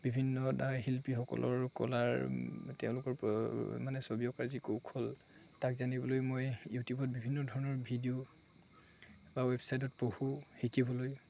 বিভিন্ন তাৰ শিল্পীসকলৰ কলাৰ তেওঁলোকৰ মানে ছবি অঁকাৰ কৌশল তাক জানিবলৈ মই ইউটিউবত বিভিন্ন ধৰণৰ ভিডিঅ' বা ৱেবছাইটত পঢ়োঁ শিকিবলৈ